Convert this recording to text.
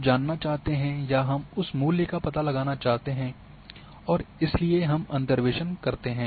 हम जानना चाहते हैं या हम उस मूल्य का पता लगाना चाहते हैं और इसलिए हम अंतर्वेसन करते हैं